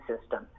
system